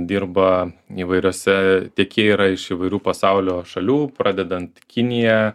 dirba įvairiose tiekėjai yra iš įvairių pasaulio šalių pradedant kinija